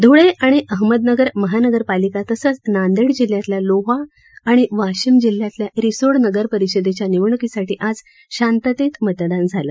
धूळे आणि अहमदनगर महानगरपालिका तसंच नांदेड जिल्ह्यातल्या लोहा आणि वाशिम जिल्ह्यातल्या रिसोड नगरपरिषदेच्या निवडणुकीसाठी आज शांततेत मतदान झालं